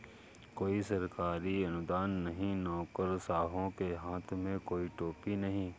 कोई सरकारी अनुदान नहीं, नौकरशाहों के हाथ में कोई टोपी नहीं